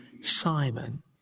Simon